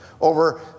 over